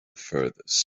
furthest